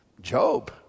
Job